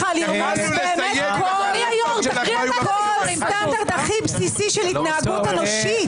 לרמוס כל סטנדרט הכי בסיסי של התנהגות אנושית.